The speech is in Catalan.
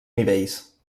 nivells